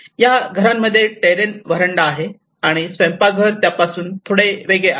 या घरांमध्ये टेरेन व्हरांडा आहे आणि स्वयंपाकघर त्यापासून थोडा वेगळे झाले